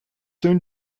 soon